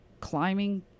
climbing